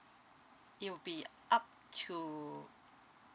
it will be up to